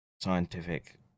scientific